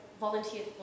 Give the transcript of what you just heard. volunteered